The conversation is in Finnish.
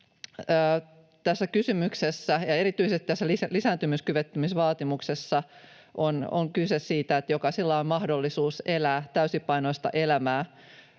Tässä kysymyksessä ja erityisesti tässä lisääntymiskyvyttömyysvaatimuksessa on kyse siitä, että jokaisella on mahdollisuus elää täysipainoista elämää.